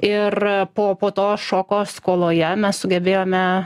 ir po po to šoko skoloje mes sugebėjome